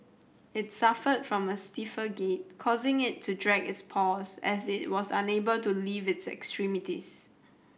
it suffered from a stiffer gait causing it to drag its paws as it was unable to lift its extremities